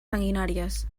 sanguinàries